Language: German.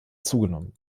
zugenommen